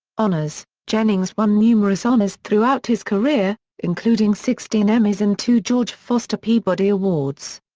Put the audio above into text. honors jennings won numerous honors throughout his career, including sixteen emmys and two george foster peabody awards.